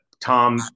Tom